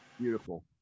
Beautiful